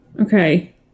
Okay